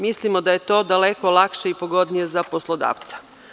Mislimo da je to daleko lakše i pogodnije za poslodavca.